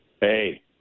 Hey